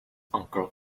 uncle